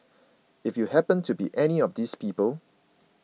if you happened to be any of these people